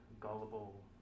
gullible